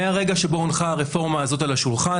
מהרגע שבו הונחה הרפורמה על השולחן,